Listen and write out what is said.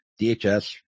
DHS